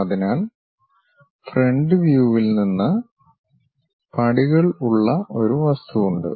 അതിനാൽ ഫ്രണ്ട് വ്യൂവിൽ നിന്ന് പടികൾ ഉള്ള ഒരു വസ്തു ഉണ്ട്